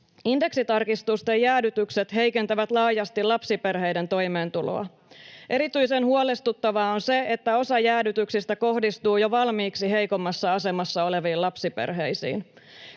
Indeksitarkistusten jäädytykset heikentävät laajasti lapsiperheiden toimeentuloa. Erityisen huolestuttavaa on se, että osa jäädytyksistä kohdistuu jo valmiiksi heikommassa asemassa oleviin lapsiperheisiin.